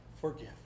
forgive